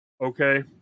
Okay